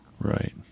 Right